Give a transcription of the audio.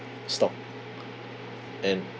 stock and